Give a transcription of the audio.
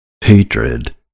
hatred